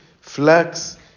flax